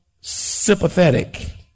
sympathetic